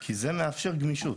כי זה מאפשר גמישות,